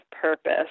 purpose